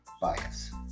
bias